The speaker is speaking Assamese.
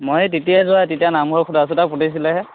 মই সেই তেতিয়াই যোৱা তেতিয়া নামঘৰৰ খুঁটা চুটা পুতিছিলেহে